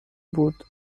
بود